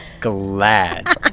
glad